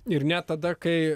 ir net tada kai